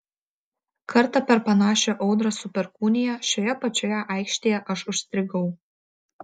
kartą per panašią audrą su perkūnija šioje pačioje aikštėje aš užstrigau